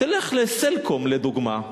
תלך ל"סלקום" לדוגמה,